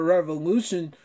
Revolution